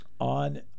On